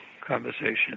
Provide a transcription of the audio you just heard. conversation